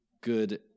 good